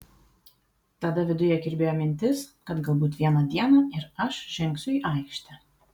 tada viduje kirbėjo mintis kad galbūt vieną dieną ir aš žengsiu į aikštę